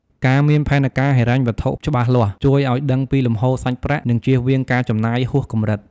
ការមានផែនការហិរញ្ញវត្ថុច្បាស់លាស់ ជួយឲ្យដឹងពីលំហូរសាច់ប្រាក់ និងជៀសវាងការចំណាយហួសកម្រិត។